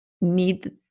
need